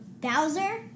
Bowser